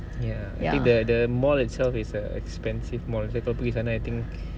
ya I think the the mall itself is a expensive mall kalau pergi sana I think